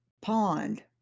pond